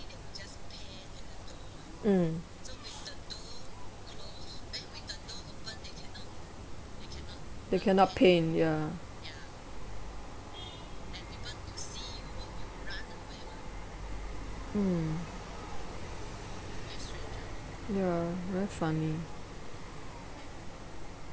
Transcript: mm they cannot paint ya mm ya very funny